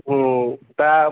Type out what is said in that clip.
হুম তা